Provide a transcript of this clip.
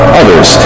others